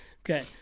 okay